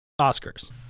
Oscars